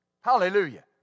Hallelujah